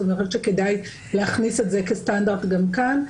ואני חושבת שכדאי להכניס את זה כסטנדרט גם כאן.